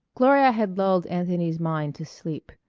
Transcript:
gloria had lulled anthony's mind to sleep.